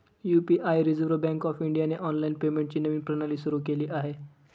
UPI reserve bank of इंडियाने online पेमेंटची नवीन प्रणाली सुरू केली आहे